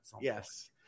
yes